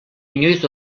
inoiz